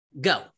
Go